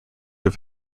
have